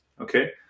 Okay